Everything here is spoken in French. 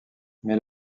mais